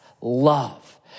love